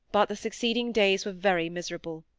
but the succeeding days were very miserable.